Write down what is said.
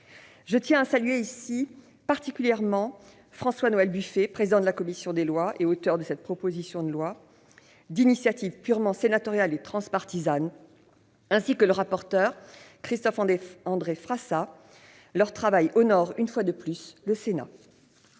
Je tiens à saluer particulièrement François-Noël Buffet, président de la commission des lois et auteur de cette proposition de loi d'initiative purement sénatoriale et transpartisane, ainsi que le rapporteur, Christophe-André Frassa. Leur travail honore, une fois de plus, le Sénat.